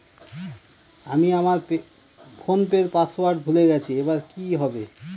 আমি আমার ফোনপের পাসওয়ার্ড ভুলে গেছি এবার কি হবে?